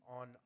on